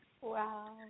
Wow